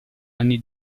anni